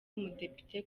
umudepite